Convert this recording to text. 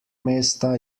mesta